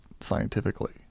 scientifically